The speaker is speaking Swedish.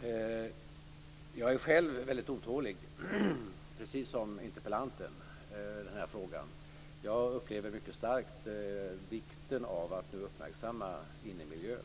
Herr talman! Jag är själv otålig i den här frågan, precis som interpellanten. Jag upplever starkt vikten av att uppmärksamma innemiljön.